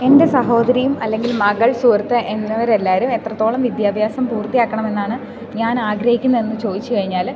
എൻ്റെ സഹോദരിയും അല്ലെങ്കിൽ മകൾ സുഹൃത്ത് എന്നിവരെല്ലാവരും എത്രത്തോളം വിദ്യാഭ്യാസം പൂർത്തിയാക്കണമെന്നാണ് ഞാൻ ആഗ്രഹിക്കുന്നതെന്നു ചോദിച്ചു കഴിഞ്ഞാൽ